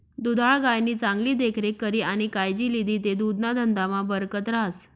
दुधाळ गायनी चांगली देखरेख करी आणि कायजी लिदी ते दुधना धंदामा बरकत रहास